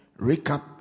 recap